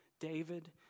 David